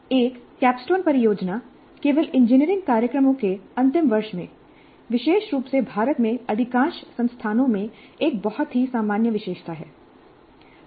एक कैपस्टोन परियोजना केवल इंजीनियरिंग कार्यक्रमों के अंतिम वर्ष में विशेष रूप से भारत में अधिकांश संस्थानों में एक बहुत ही सामान्य विशेषता है